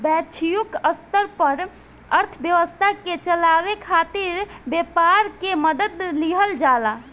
वैश्विक स्तर पर अर्थव्यवस्था के चलावे खातिर व्यापार के मदद लिहल जाला